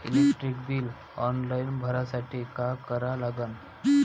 Electric bill online भरासाठी का करा लागन?